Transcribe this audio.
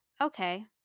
okay